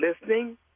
listening